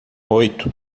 oito